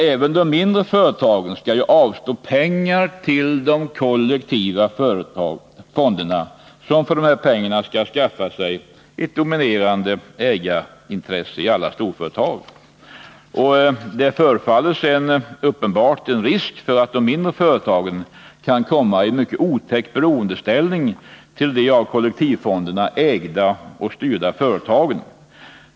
Även de mindre företagen skall avstå pengar till de kollektiva fonderna, som för dessa pengar skall skaffa sig ett dominerande ägarintresse i alla storföretag. Det förefaller sedan att vara en uppenbar risk för att de mindre företagen kan komma i en mycket otäck beroendeställning till de av kollektivfonderna ägda och styrda företagen.